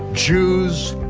jews,